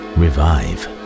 revive